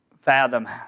fathom